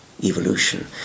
evolution